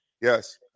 Yes